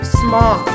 small